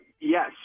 yes